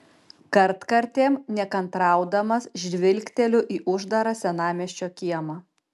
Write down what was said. kartkartėm nekantraudamas žvilgteliu į uždarą senamiesčio kiemą